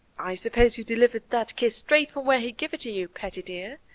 i suppose you delivered that kiss straight from where he gave it to you, pettie dear,